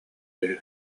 үһү